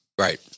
Right